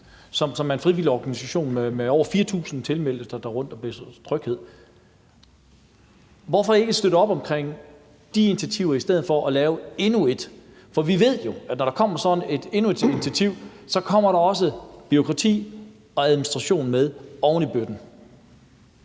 som er en frivillig organisation med over 4.000 tilmeldte, der tager rundt og skaber tryghed. Hvorfor ikke støtte op omkring de initiativer i stedet for at lave endnu et? For vi ved jo, at når der sådan kommer endnu et initiativ, kommer der også bureaukrati og administration med oven i bøtten.